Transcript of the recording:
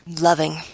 Loving